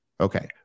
Okay